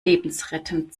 lebensrettend